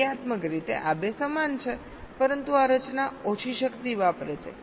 વિધેયાત્મક રીતે આ 2 સમાન છે પરંતુ આ રચના ઓછી શક્તિ વાપરે છે